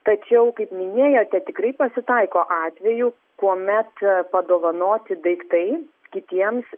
tačiau kaip minėjote tikrai pasitaiko atvejų kuomet padovanoti daiktai kitiems